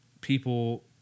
people